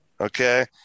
okay